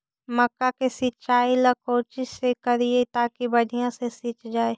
मक्का के सिंचाई ला कोची से करिए ताकी बढ़िया से सींच जाय?